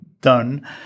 done